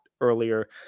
earlier